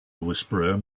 whisperer